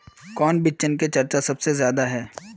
कौन बिचन के चर्चा सबसे ज्यादा है?